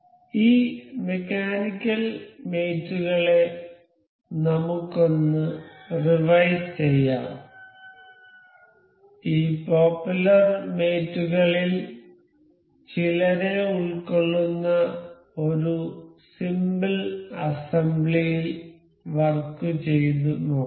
ഈ mechanical mate കളെ നമുക്കൊന്ന് റിവൈസ് ചെയ്യാം ഈ പോപ്പുലർ മേറ്റ് കളിൽ ചിലരെ ഉൾക്കൊള്ളുന്ന ഒരു സിമ്പിൾ അസംബ്ലിയിൽ വർക്ക് ചെയ്തു നോക്കാം